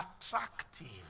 attractive